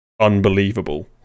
unbelievable